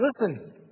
listen